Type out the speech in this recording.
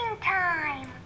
time